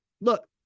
look